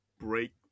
break